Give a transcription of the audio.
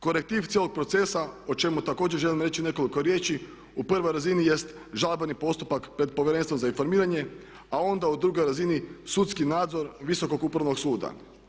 Korektiv cijelog procesa o čemu također želim reći nekoliko riječi u prvoj razini jest žalbeni postupak pred Povjerenstvom za informiranje, a onda u drugoj razini sudski nadzor Visokog upravnog suda.